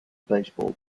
baseball